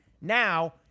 now